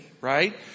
Right